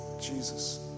Jesus